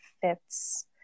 fits